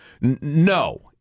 No